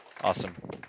Awesome